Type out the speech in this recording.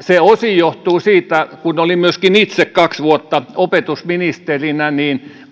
se osin johtuu siitä että kun olin myöskin itse kaksi vuotta opetusministerinä